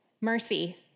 mercy